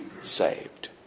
saved